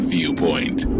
Viewpoint